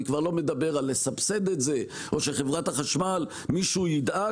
אני כבר לא מדבר על לסבסד את זה או שמישהו ידאג